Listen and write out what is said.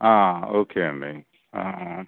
okay అండి